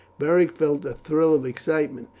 beric felt a thrill of excitement,